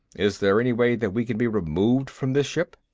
is there any way that we can be removed from this ship?